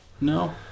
No